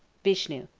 vishnu